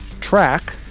track